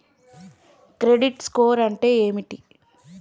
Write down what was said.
Credit score అంటే ఏమిటి?